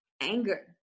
anger